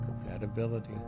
Compatibility